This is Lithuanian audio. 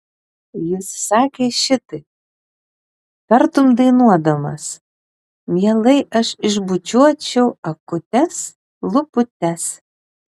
jis sakė šitaip tartum dainuodamas mielai aš išbučiuočiau akutes lūputes